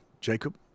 Jacob